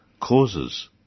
causes